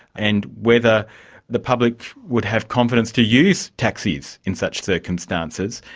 and whether the public would have confidence to use taxis in such circumstances,